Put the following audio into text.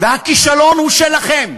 והכישלון הוא שלכם,